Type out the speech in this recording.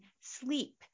sleep